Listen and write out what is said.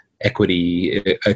Equity